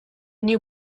new